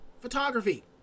Photography